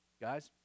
Guys